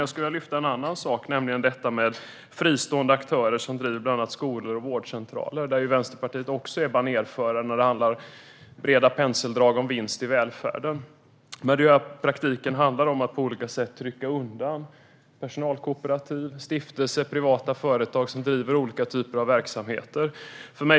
Jag skulle vilja lyfta fram en annan sak, nämligen detta med fristående aktörer som driver bland annat skolor och vårdcentraler. Där är ju Vänsterpartiet också banerförare när det handlar om breda penseldrag vad gäller vinst i välfärden. I praktiken handlar det om att på olika sätt trycka undan personalkooperativ, stiftelser och privata företag som driver olika typer av verksamheter.